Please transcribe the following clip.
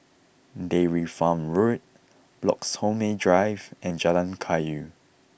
Dairy Farm Road Bloxhome Drive and Jalan Kayu